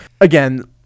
Again